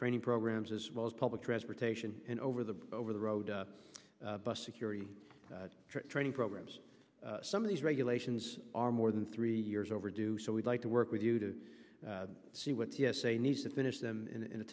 training programs as well as public transportation and over the over the road security training programs some of these regulations are more than three years overdue so we'd like to work with you to see what t s a needs to finish them in a